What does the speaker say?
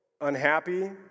unhappy